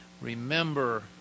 Remember